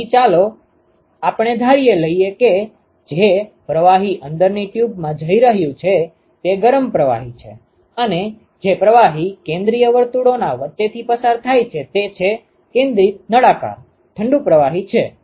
તેથી ચાલો ધારી લઈએ કે જે પ્રવાહી અંદરની ટ્યુબમાં જઈ રહ્યું છે તે ગરમ પ્રવાહી છે અને જે પ્રવાહી કેન્દ્રીય વર્તુળોની વચ્ચેથી પસાર થાય છે તે છે કેન્દ્રિત નળાકાર ઠંડું પ્રવાહી છે